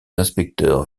inspecteurs